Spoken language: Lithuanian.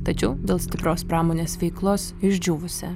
tačiau dėl stiprios pramonės veiklos išdžiūvusia